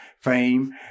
fame